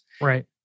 Right